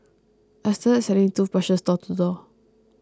I started selling toothbrushes door to door